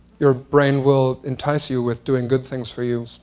your brain will entice you with doing good things for you,